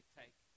take